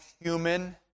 human